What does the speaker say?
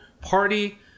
party